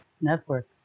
network